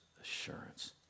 assurance